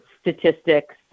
statistics